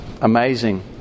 amazing